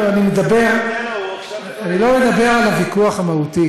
אני לא מדבר על הוויכוח המהותי,